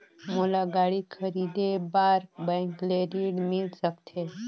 मोला गाड़ी खरीदे बार बैंक ले ऋण मिल सकथे?